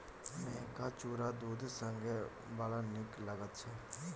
मेहका चुरा दूध संगे बड़ नीक लगैत छै